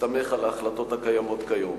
בהסתמך על ההחלטות הקיימות כיום.